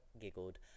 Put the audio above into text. giggled